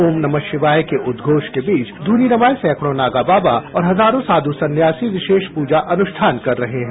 ओम नमः शिवाय के उद्घोष के बीच धुनी रमाए सैकडों नागाबाबा और हजारों साधु संन्यासी विशेष पूजा अनुष्ठान कर रहे हैं